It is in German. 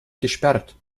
gesperrt